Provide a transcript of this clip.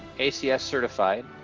acs yeah certified,